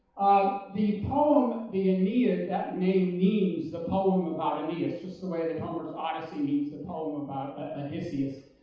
um the poem the aeneid that name means the poem about aeneas, just the way that homer's odyssey means the poem about ah odysseus.